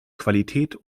qualität